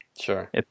Sure